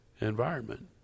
environment